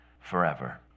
forever